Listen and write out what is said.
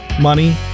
money